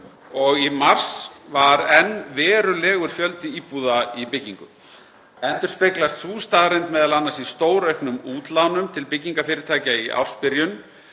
og í mars var enn verulegur fjöldi íbúða í byggingu. Endurspeglast sú staðreynd m.a. í stórauknum útlánum til byggingarfyrirtækja í ársbyrjun